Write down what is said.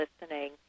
listening